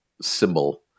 symbol